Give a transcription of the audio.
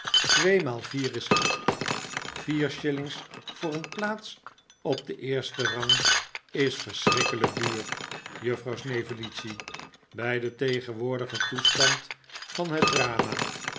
tweemaal vier is acht vier shillings voor een plaats op den eersten rang is verschrikkelijk duur juffrouw snevellicci bij den tegenwoordigen toestand van het drama